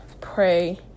pray